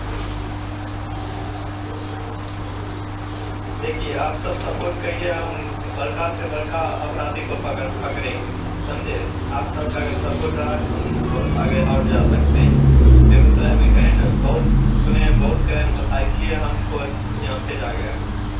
देखिए आप सब सपोर्ट करिए हम बड़ा से बड़ा अपराधी को पकड़ पकड़ेंगे समझे आप सबका अगर सपोर्ट रहा तो हम बहुत आगे और जा सकते हैं बेगूसराय में कहे ना बहुत सुने हैं बहुत क्राइम होता है इसलिए हम को यहाँ भेजा गया है